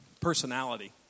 personality